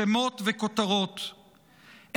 שמות וכותרות.